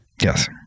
Yes